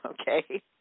Okay